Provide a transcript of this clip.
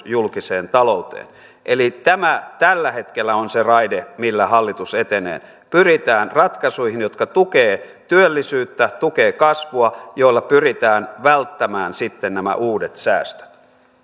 julkiseen talouteen eli tämä tällä hetkellä on se raide millä hallitus etenee pyritään ratkaisuihin jotka tukevat työllisyyttä tukevat kasvua joilla pyritään sitten välttämään nämä uudet säästöt